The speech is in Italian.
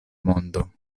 mondo